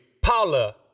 Paula